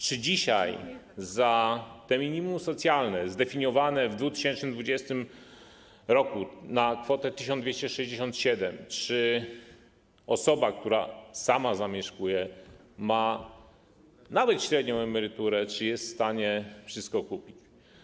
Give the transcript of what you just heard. Czy dzisiaj za to minimum socjalne, zdefiniowane w 2020 r. na poziomie kwoty 1267 zł, osoba, która sama zamieszkuje, ma nawet średnią emeryturę, jest w stanie wszystko kupić?